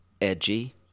edgy